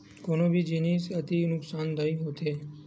कोनो भी जिनिस के अति ह नुकासानदायी होथे